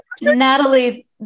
Natalie